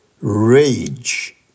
rage